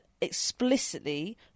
explicitly